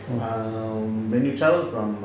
um when you travel from